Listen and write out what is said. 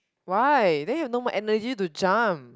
why then you no more energy to jump